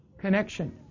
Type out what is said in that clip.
connection